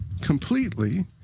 completely